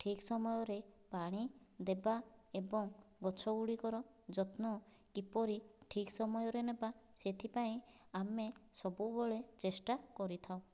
ଠିକ୍ ସମୟରେ ପାଣି ଦେବା ଏବଂ ଗଛଗୁଡ଼ିକର ଯତ୍ନ କିପରି ଠିକ୍ ସମୟରେ ନେବା ସେଥିପାଇଁ ଆମେ ସବୁବେଳେ ଚେଷ୍ଟା କରିଥାଉ